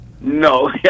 No